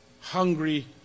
hungry